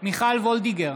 מיכל וולדיגר,